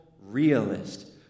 realist